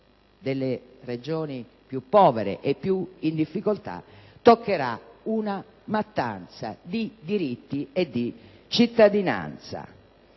delle Regioni più povere e in difficoltà toccherà una mattanza di diritti di cittadinanza.